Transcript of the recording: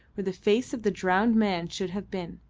where the face of the drowned man should have been.